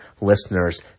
listeners